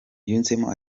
yunzemo